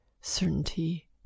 certainty